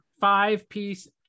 five-piece